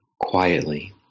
quietly